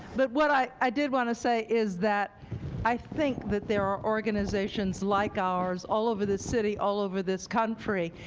but what i i did want to say is that i think that there are organizations like ours all over the city, all over this country,